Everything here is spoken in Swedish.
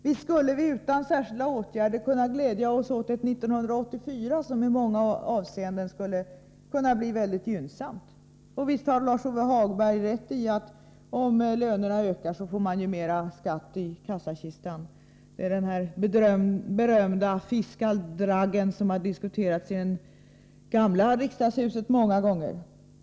Vi skulle väl utan särskilda åtgärder kunna glädja oss åt ett 1984 som i många avseenden skulle kunna bli väldigt gynnsamt, och visst har Lars-Ove Hagberg rätt i att om lönerna ökar får man mera skatt i kassakistan; det är den berömda fiskardraggen som har diskuterats i gamla riksdagshuset många gånger.